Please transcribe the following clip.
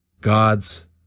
God's